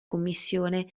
commissione